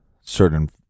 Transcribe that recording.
certain